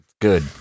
Good